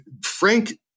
Frank